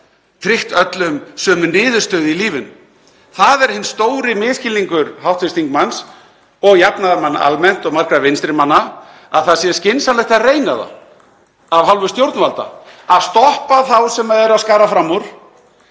tryggt öllum sömu niðurstöðu í lífinu. Það er hinn stóri misskilningur hv. þingmanns og jafnaðarmanna almennt og margra vinstri manna að það sé skynsamlegt að reyna það af hálfu stjórnvalda að stoppa þá sem eru að skara fram úr,